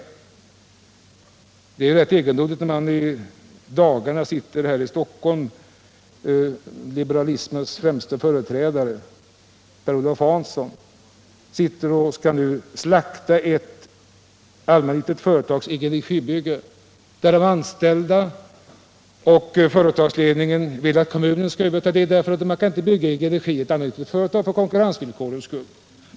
Det känns rätt egendomligt att konstatera hur liberalismens främste företrädare här i Stockholm, Per-Olof Hanson, skall slakta ett allmännyttigt företags byggande i egen regi. De anställda och företagsledningen vill att kommunen skall överta bygget därför att ett allmännyttigt företag inte kan bygga i egen regi för konkurrensvillkorens skull.